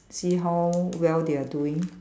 see how well they are doing